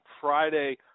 Friday